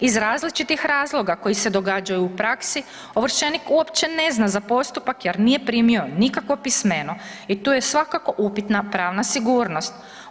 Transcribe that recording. Iz različitih razloga koji se događaju u praksi, ovršenik uopće ne zna za postupak jer nije primio nikakvo pismeno i tu je svakako upitna pravna sigurnost.